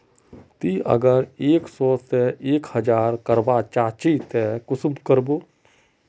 ती अगर एक सो से एक हजार करवा चाँ चची ते कुंसम करे करबो?